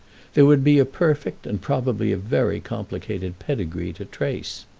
there would be a perfect and probably a very complicated pedigree to trace.